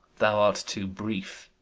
thou art too brief.